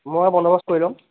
মই বন্দবস্ত কৰি ল'ম